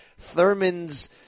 Thurman's